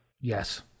Yes